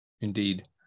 Indeed